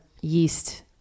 yeast